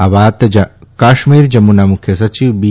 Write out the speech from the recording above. આવાત કાશ્મીર જમ્મુના મુખ્ય સચિવ બી